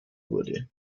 wurde